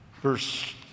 Verse